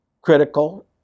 critical